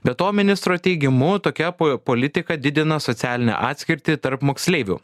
be to ministro teigimu tokia po politika didina socialinę atskirtį tarp moksleivių